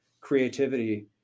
creativity